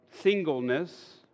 singleness